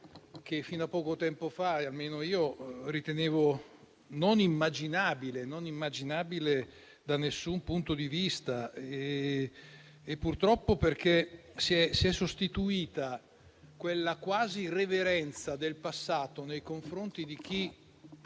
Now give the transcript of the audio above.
che fino a poco tempo fa almeno io ritenevo non immaginabile, da nessun punto di vista. Purtroppo, quella quasi riverenza del passato nei confronti di chi